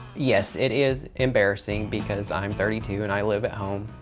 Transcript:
yes, it is embarrassing because i'm thirty two and i live at home,